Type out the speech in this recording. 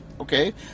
okay